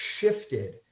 shifted